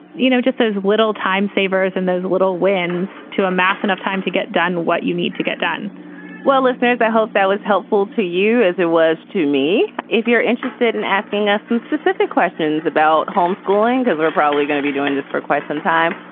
you know, just those little time savers and those little wins to amass enough time to get done what you need to get done well, if there's i hope that was helpful to you as it was to me. if you're interested in asking us some specific questions about homeschooling, because we're probably going to be doing this for quite some time.